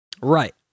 right